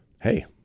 hey